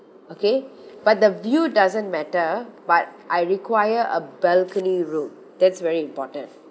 okay but the view doesn't matter but I require a balcony roof that's very important